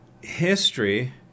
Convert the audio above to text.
history